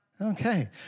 Okay